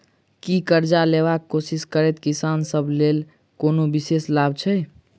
की करजा लेबाक कोशिश करैत किसान सब लेल कोनो विशेष लाभ छै?